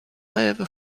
rêve